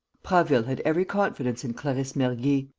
prasville had every confidence in clarisse mergy.